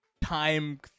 Time